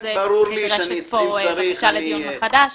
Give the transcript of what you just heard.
אז נדרשת פה בקשה לדיון מחדש.